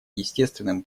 естественным